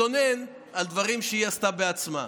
ותתלונן על דברים שהיא עשתה בעצמה.